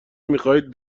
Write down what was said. میخواهید